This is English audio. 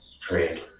trade